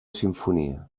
simfonia